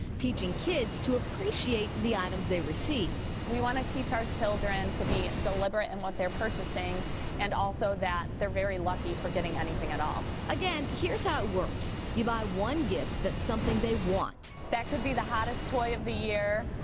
teaching kids to appreciate the items they receive. we want to teach our children to be deliberate in what they're purchasing and also that they're very lucky for getting anything at all. again, here's how it works. you buy one gift that's something they want. that could be the hottest toy of the year.